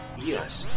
yes